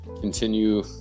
continue